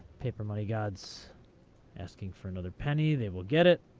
paper money gods asking for another penny. they will get it.